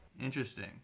Interesting